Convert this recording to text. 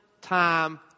time